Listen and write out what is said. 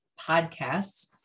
podcasts